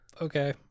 Okay